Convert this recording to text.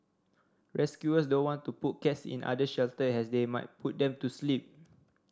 rescuers don't want to put cats in other shelters as they might put them to sleep